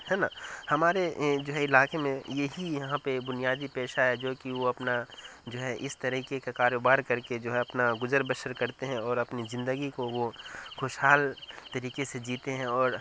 ہے نا ہمارے جو ہے علاقے میں یہی یہاں پہ بنیادی پیشہ ہے جو کہ وہ اپنا جو ہے اس طریقے کے کاروبار کر کے جو ہے اپنا گزر بسر کرتے ہیں اور اپنی زندگی کو وہ خوشحال طریقے سے جیتے ہیں اور